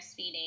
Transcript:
breastfeeding